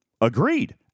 Agreed